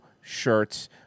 shirts